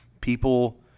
people